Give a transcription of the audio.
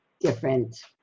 different